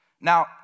Now